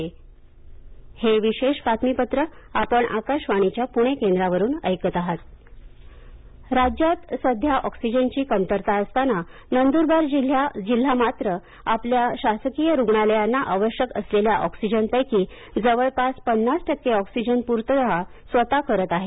Nandurbar oxygen राज्यात सध्या ऑक्सिजनची कमतरतेची असताना नंदुरबार जिल्ह्याने मात्र आपल्या शासकीय रुग्णालयांना आवश्यक असलेल्या ऑक्सिजनपैकी जवळपास पन्नास टक्के ऑक्सिजन पूर्तता स्वतः करत आहे